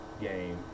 game